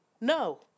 No